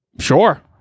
Sure